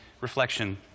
reflection